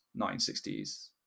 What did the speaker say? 1960s